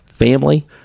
Family